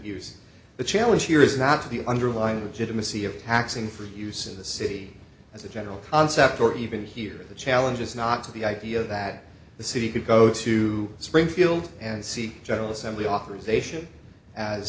use the challenge here is not to the underlying which intimacy of taxing for use in the city as a general concept or even here the challenge is not to the idea that the city could go to springfield and see general assembly authorization as